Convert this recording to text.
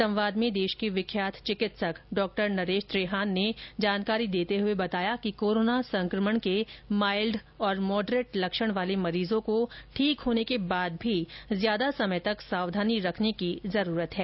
संवाद मेँ देश के विख्यात चिकित्सक डॉ नरेश त्रिहान ने जानकारी देते हुए कहा कि कोरोना संकमण के माइल्ड और मोडरेट लक्षण वाले मरीजों को ठीक होने के बाद भी ज्यादा समय तक सावधानी रखने की जरूरत है